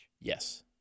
Yes